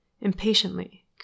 Impatiently